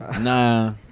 nah